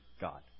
God